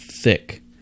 thick